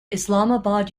islamabad